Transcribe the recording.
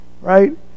right